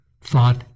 thought